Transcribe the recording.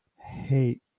Hate